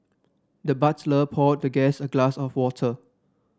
the butler poured the guest a glass of water